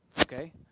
Okay